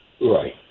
right